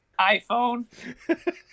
iPhone